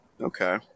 okay